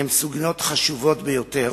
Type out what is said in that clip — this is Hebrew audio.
הן סוגיות חשובות ביותר,